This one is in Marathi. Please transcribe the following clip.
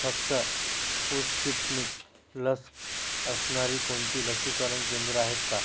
फक्त पुसकिटनिक लस असणारी कोणती लसीकरण केंद्र आहेत का